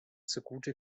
zugute